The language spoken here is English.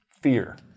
fear